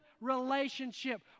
relationship